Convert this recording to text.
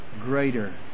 greater